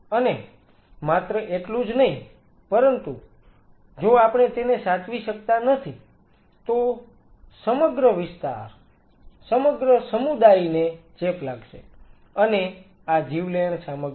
અને માત્ર એટલું જ નહીં પરતું જો આપણે તેને સાચવી શકતા નથી તો સમગ્ર વિસ્તાર સમગ્ર સમુદાયને ચેપ લાગશે અને આ જીવલેણ સામગ્રી છે